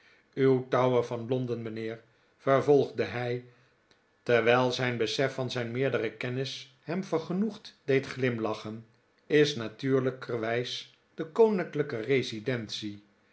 uw tower van londen mijnheer vervolgde hij terwijl het besef van zijn meerdere kennis hem vergenoegd deed glimlachen is natuurlijkerwijs de koninklijke residentie